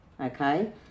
okay